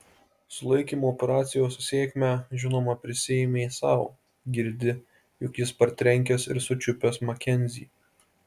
sulaikymo operacijos sėkmę žinoma prisiėmė sau girdi juk jis partrenkęs ir sučiupęs makenzį